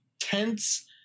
tense